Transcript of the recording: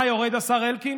מה יורד, השר אלקין,